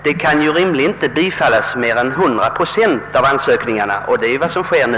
Mer än 100 procent av ansökningarna kan ju inte bifallas, och det är vad som sker nu.